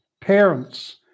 Parents